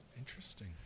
Interesting